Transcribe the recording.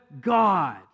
God